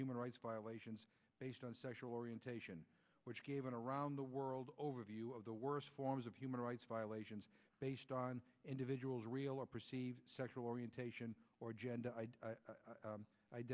human rights violations based on sexual orientation which gave an around the world overview of the worst forms of human rights violations based on individuals real or perceived sexual orientation or gend